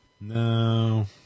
No